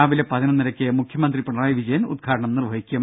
രാവിലെ പതിനൊന്നരക്ക് മുഖ്യമന്ത്രി പിണറായി വിജയൻ ഉദ്ഘാടനം നിർവഹിക്കും